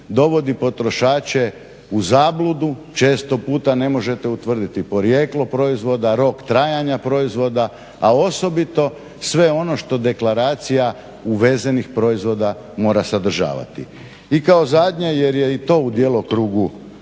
dovodi potrošače u zabludu. Često puta ne možete utvrditi porijeklo proizvoda, rok trajanja proizvoda, a osobito sve ono što deklaracija uvezenih proizvoda mora sadržavati. I kao zadnje, jer je i to u djelokrugu